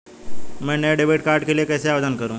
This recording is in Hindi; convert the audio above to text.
मैं नए डेबिट कार्ड के लिए कैसे आवेदन करूं?